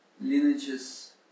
lineages